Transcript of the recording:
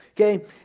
Okay